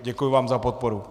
Děkuji vám za podporu.